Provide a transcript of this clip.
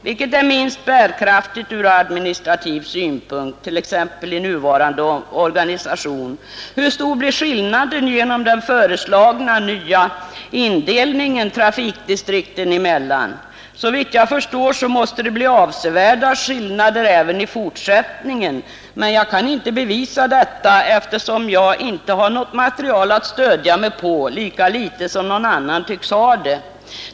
Vilket är minst bärkraftigt ur administrativ synpunkt, i nuvarande organisation? Hur stor blir skillnaden trafikdistrikten emellan genom den föreslagna nya indelningen? Såvitt jag förstår måste det bli avsevärda skillnader även i fortsättningen, men jag kan inte bevisa detta, eftersom jag inte har något material att stödja mig på, lika litet som någon annan tycks ha det.